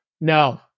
No